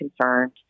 concerned